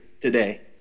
today